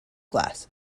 glass